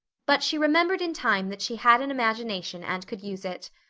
but she remembered in time that she had an imagination and could use it.